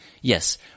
Yes